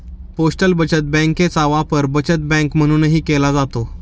postal बचत बँकेचा वापर बचत बँक म्हणूनही केला जातो